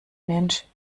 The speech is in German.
mensch